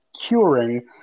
curing